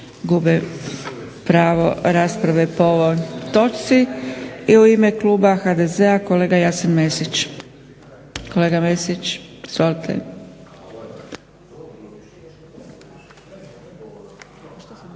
gube pravo rasprave po ovoj točci. I u ime kluba HDZ-a kolega Jasen Mesić. Kolega Mesić, izvolite.